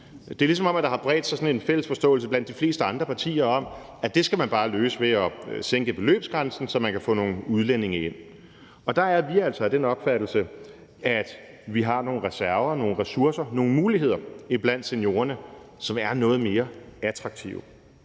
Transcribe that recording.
de fleste andre partier har bredt sig sådan en fælles forståelse om, at det skal man bare løse ved at sænke beløbsgrænsen, så man kan få nogle udlændinge ind. Der er vi altså af den opfattelse, at vi har nogle reserver og nogle ressourcer i seniorerne, og at vi har nogle muligheder i seniorerne, som er noget mere attraktive.